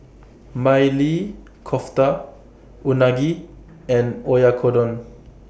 Maili Kofta Unagi and Oyakodon